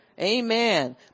Amen